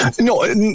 No